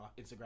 Instagram